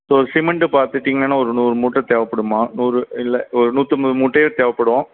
so cement பார்த்திட்டிங்கனா ஒரு நூறு மூட்டை தேவைப்படும்மா நூறு இல்லை ஒரு நூற்றைம்பது மூட்டையோ தேவைப்படும்